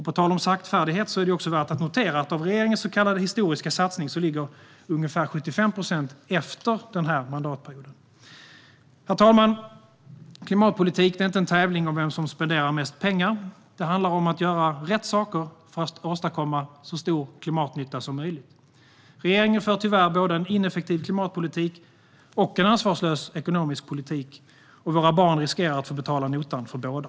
På tal om saktfärdighet är det också värt att notera att av regeringens så kallade historiska satsning ligger ungefär 75 procent efter den här mandatperioden. Herr talman! Klimatpolitik är inte en tävling om vem som spenderar mest pengar. Det handlar om att göra rätt saker för att åstadkomma så stor klimatnytta som möjligt. Regeringen för tyvärr både en ineffektiv klimatpolitik och en ansvarslös ekonomisk politik, och våra barn löper risk att få betala notan för båda.